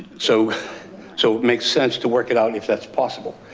so so it makes sense to work it out if that's possible.